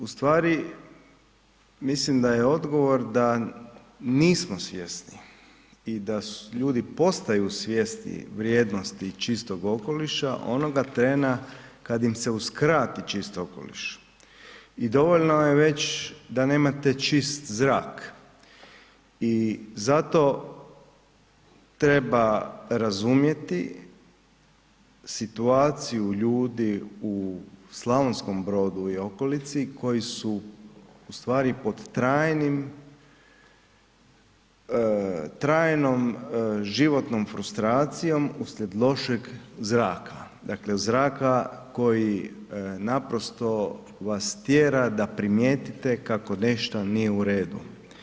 Ustvari mislim da je odgovor da nismo svjesni i da ljudi postaju svjesniji vrijednosti čistoga okoliša, onoga trena kad im se uskrati čist okoliš i dovoljno je već da nemat čisti zrak i zato treba razumjeti situaciju ljudi u Slavonskom Brodu i okolici koji su ustvari pod trajnoj životnom frustracijom usred lošeg zraka, dakle zraka koji naprosto vas tjera da primijetite kako nešto nije u redu.